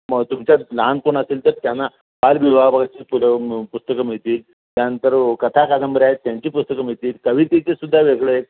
मग तुमच्यात लहान कोण असेल तर त्यांना बालविभागाची पुलं पुस्तकं मिळतील त्यानंतर कथा कादंबऱ्या आहेत त्यांची पुस्तकं मिळतील कवितेची सुद्धा वेगळं आहेत